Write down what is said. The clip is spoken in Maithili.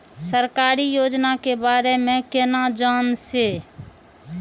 सरकारी योजना के बारे में केना जान से?